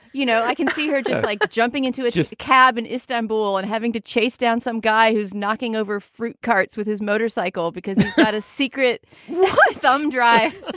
you know, i can see her just like jumping into it, just cab in istanbul and having to chase down some guy who's knocking over fruit carts with his motorcycle because but a secret thumb drive